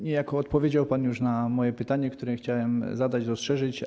Niejako odpowiedział pan już na moje pytanie, które chciałem zadać, rozszerzyć.